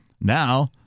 Now